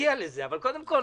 נגיע לזה, אבל קודם כל,